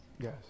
Yes